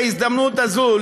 בהזדמנות הזאת,